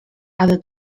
aby